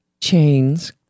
chains